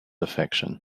affection